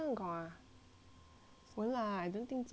won't lah I don't think so ah you see wrongly